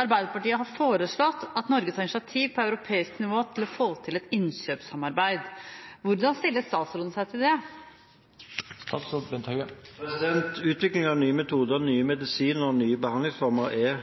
Arbeiderpartiet har foreslått at Norge tar initiativ på europeisk nivå for å få til et innkjøpssamarbeid. Hvordan stiller statsråden seg til det?» Utvikling av nye metoder, nye medisiner og nye behandlingsformer er